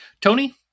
Tony